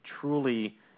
truly